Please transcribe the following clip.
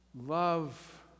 Love